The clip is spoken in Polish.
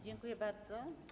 Dziękuję bardzo.